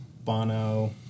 Bono